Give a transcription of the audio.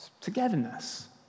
Togetherness